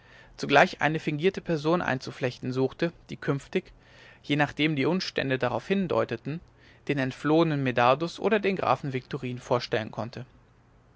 zugleich eine fingierte person einzuflechten suchte die künftig je nachdem die umstände darauf hindeuteten den entflohenen medardus oder den grafen viktorin vorstellen konnte